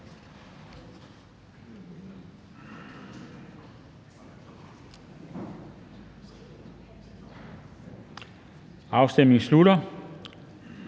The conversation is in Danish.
Afstemningen slutter.